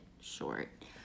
short